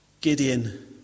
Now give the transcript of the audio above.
Gideon